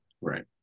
right